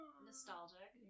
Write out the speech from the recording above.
nostalgic